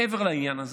מעבר לעניין הזה,